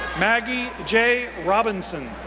maggie j. robinson,